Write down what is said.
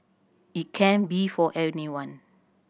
it can be for anyone